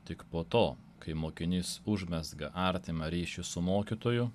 tik po to kai mokinys užmezga artimą ryšį su mokytoju